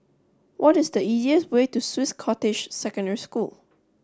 what is the easiest way to Swiss Cottage Secondary School